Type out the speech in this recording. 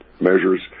measures